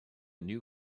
new